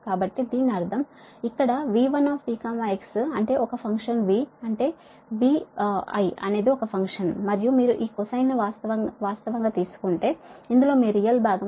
కాబట్టి దీని అర్థం ఇక్కడ V1 t x అంటే ఒక ఫంక్షన్ V అంటే V1 అనేది ఒక ఫంక్షన్ మరియు మీరు ఈ కొసైన్ను వాస్తవంగా తీసుకుంటే ఇందులో మీ నిజమైన భాగం cos ωt βx అవుతుంది